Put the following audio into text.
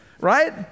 Right